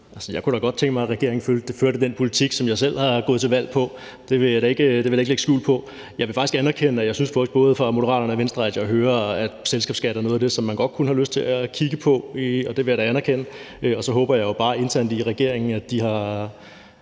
Jeg kunne da godt tænke mig, at regeringen førte den politik, som jeg selv har gået til valg på. Det vil jeg da ikke lægge skjul på. Jeg vil faktisk anerkende, at jeg synes, at jeg både fra Moderaternes og Venstres side hører, at selskabsskat er noget af det, som man godt kunne have lyst til at kigge på. Det vil jeg da anerkende, og så håber jeg jo bare, at de internt i regeringen har